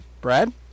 brad